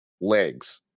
legs